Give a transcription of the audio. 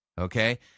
Okay